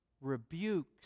rebukes